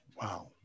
Wow